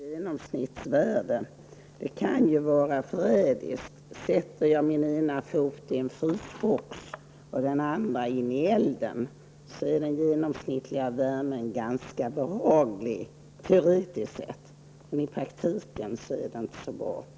Herr talman! Ett genomsnittsvärde kan vara förrädiskt. Om jag t.ex. sätter ena foten i en frysbox och den andra i elden, är den genomsnittliga värmen ganska behaglig -- teoretiskt sett. Men i praktiken blir det inte så bra.